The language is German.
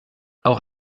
auch